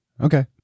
Okay